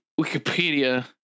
Wikipedia